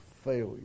Failure